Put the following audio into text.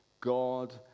God